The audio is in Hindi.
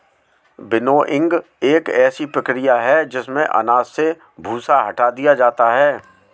विनोइंग एक ऐसी प्रक्रिया है जिसमें अनाज से भूसा हटा दिया जाता है